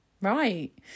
Right